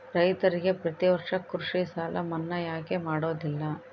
ರೈತರಿಗೆ ಪ್ರತಿ ವರ್ಷ ಕೃಷಿ ಸಾಲ ಮನ್ನಾ ಯಾಕೆ ಮಾಡೋದಿಲ್ಲ?